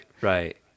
right